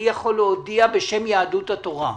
אני יכול להודיע בשם יהדות התורה,